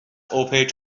اوپک